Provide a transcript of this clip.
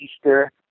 Easter